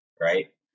right